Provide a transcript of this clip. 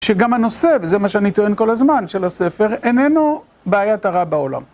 שגם הנושא, וזה מה שאני טוען כל הזמן, של הספר, איננו בעיית הרע בעולם.